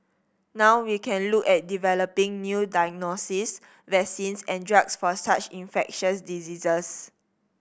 now we can look at developing new diagnostics vaccines and drugs for such infectious diseases